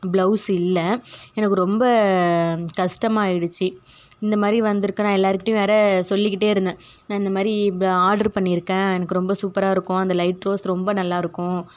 blouse இல்லை எனக்கு ரொம்ப கஷ்ட்டமாயிடுச்சு இந்தமாதிரி வந்திருக்கு நான் எல்லார்க்கிட்டையும் வேறு சொல்லிக்கிட்டே இருந்தேன் நான் இந்தமாதிரி ஆட்ரு பண்ணியிருக்கேன் எனக்கு ரொம்ப சூப்பராகருக்கும் அந்த லைட் ரோஸ் ரொம்ப நல்லாயிருக்கும்